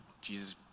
Jesus